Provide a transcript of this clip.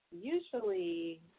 usually